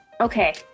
Okay